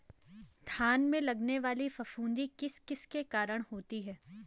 धान में लगने वाली फफूंदी किस किस के कारण होती है?